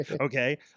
okay